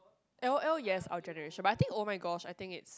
L_O_L yes our generation but I think oh-my-gosh I think it's